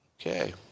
Okay